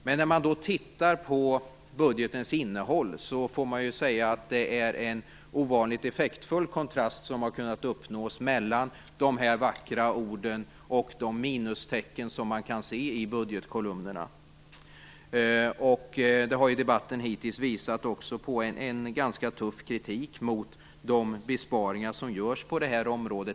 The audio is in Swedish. Men när man tittar på budgetens innehåll har det uppnåtts en ovanligt effektfull kontrast mellan de vackra orden och de minustecken som kan ses i budgetkolumnerna. I debatten har hittills framförts en ganska tuff kritik mot de besparingar som görs på detta område.